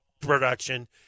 production